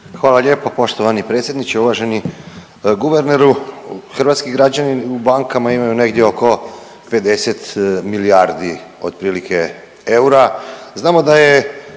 Hvala lijepo. Poštovani predsjedniče, uvaženi guverneru. Hrvatski građani u bankama imaju negdje oko 50 milijardi otprilike eura, znamo da je